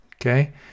Okay